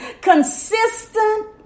consistent